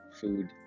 food